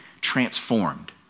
transformed